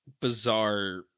bizarre